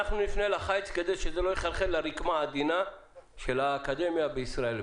כדי שזה לא יחלחל לרקמה העדינה של האקדמיה בישראל,